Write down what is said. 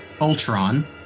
Ultron